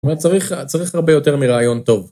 צריך צריך הרבה יותר מרעיון טוב.